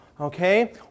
Okay